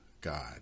God